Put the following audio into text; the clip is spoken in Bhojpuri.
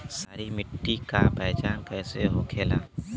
सारी मिट्टी का पहचान कैसे होखेला?